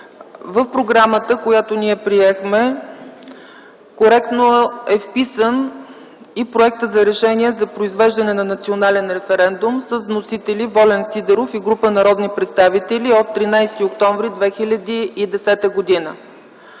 в Програмата, която ние приехме коректно е вписан и Проекта за решение за произвеждане на национален референдум с вносители Волен Сидеров и група народни представители от 13 октомври 2010 г.